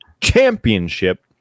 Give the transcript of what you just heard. Championship